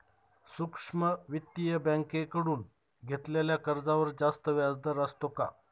सूक्ष्म वित्तीय बँकेकडून घेतलेल्या कर्जावर जास्त व्याजदर असतो का?